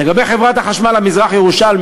לגבי חברת החשמל המזרח-ירושלמית,